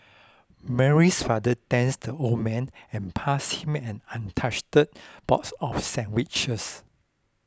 Mary's father thanks the old man and passed him an untouched box of sandwiches